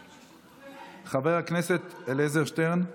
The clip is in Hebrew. חבר הכנסת אליעזר שטרן.